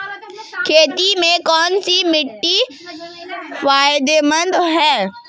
खेती में कौनसी मिट्टी फायदेमंद है?